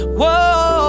whoa